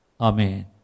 Amen